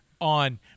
on